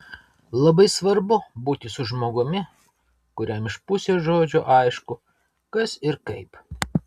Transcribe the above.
labai svarbu būti su žmogumi kuriam iš pusės žodžio aišku kas ir kaip